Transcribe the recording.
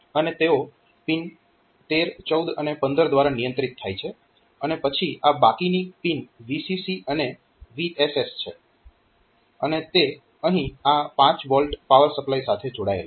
અને તેઓ પિન 13 14 અને 15 દ્વારા નિયંત્રિત થાય છે અને પછી આ બાકીની પિન VCC અને VSS છે અને તે અહીં આ 5V પાવર સપ્લાય સાથે જોડાયેલ છે